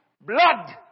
blood